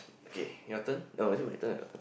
okay your turn oh is it my turn or your turn